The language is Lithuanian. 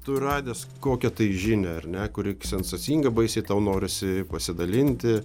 tu radęs kokią tai žinią ar ne kuri sensacinga baisiai tau norisi pasidalinti